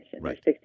right